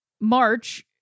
March